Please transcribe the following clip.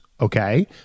okay